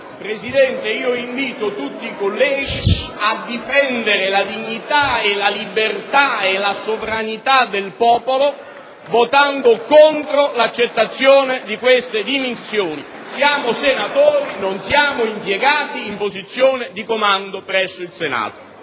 *(DC-Ind-MA)*. Invito tutti i colleghi a difendere la dignità, la libertà e la sovranità del popolo votando contro l'accettazione di queste dimissioni. Siamo senatori, non siamo impiegati in posizione di comando presso il Senato!